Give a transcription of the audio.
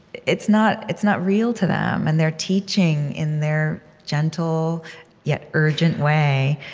it's not it's not real to them, and they're teaching, in their gentle yet urgent way,